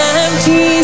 empty